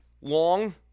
long